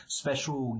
special